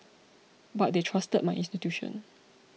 but they trusted my intuition